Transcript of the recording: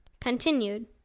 Continued